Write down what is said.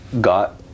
got